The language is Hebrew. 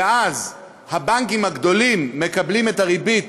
ואז הבנקים הגדולים מקבלים את הריבית